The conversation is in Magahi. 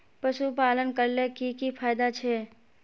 पशुपालन करले की की फायदा छे?